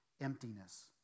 emptiness